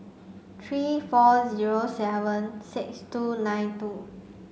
three four zero seven six two nine two